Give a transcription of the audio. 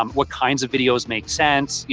um what kinds of videos make sense? yeah